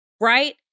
right